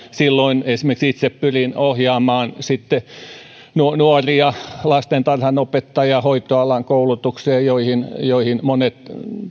silloin esimerkiksi itse pyrin ohjaamaan nuoria lastentarhanopettaja ja hoitoalan koulutukseen joihin joihin monet